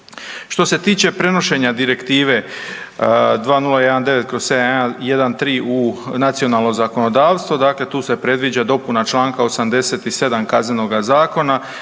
Što se tiče prenošenja Direktive 2019/713 u nacionalno zakonodavstvo, dakle tu se predviđa dopuna čl. 87 Kaznenoga zakona,